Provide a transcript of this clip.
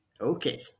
okay